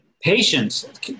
Patience